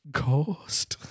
Ghost